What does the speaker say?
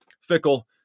Fickle